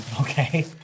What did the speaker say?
Okay